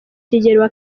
kigeli